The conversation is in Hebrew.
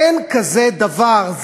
אין כזה דבר.